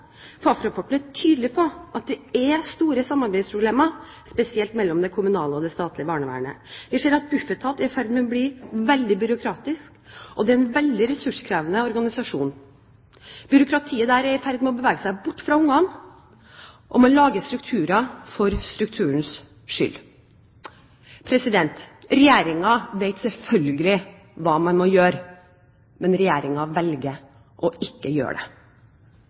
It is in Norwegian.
er tydelig på at det er store samarbeidsproblemer, spesielt mellom det kommunale og det statlige barnevernet. Vi ser at Bufetat er i ferd med å bli veldig byråkratisk. Det er en veldig ressurskrevende organisasjon. Byråkratiet der er i ferd med å bevege seg bort fra barna og lage strukturer for strukturens skyld. Regjeringen vet selvfølgelig hva man må gjøre, men Regjeringen velger ikke å gjøre det.